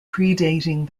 predating